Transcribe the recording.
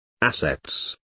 Assets